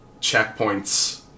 checkpoints